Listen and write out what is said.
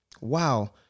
wow